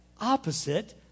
opposite